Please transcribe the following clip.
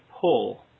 pull